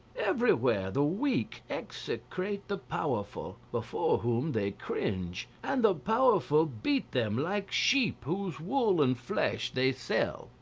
everywhere the weak execrate the powerful, before whom they cringe and the powerful beat them like sheep whose wool and flesh they sell.